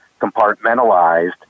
compartmentalized